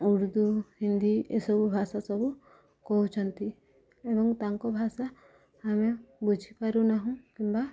ଉର୍ଦ୍ଦୁ ହିନ୍ଦୀ ଏସବୁ ଭାଷା ସବୁ କହୁଛନ୍ତି ଏବଂ ତାଙ୍କ ଭାଷା ଆମେ ବୁଝିପାରୁନାହୁଁ କିମ୍ବା